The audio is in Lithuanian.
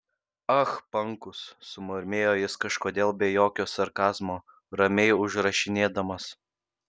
ah pankus sumurmėjo jis kažkodėl be jokio sarkazmo ramiai užrašinėdamas